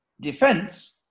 defense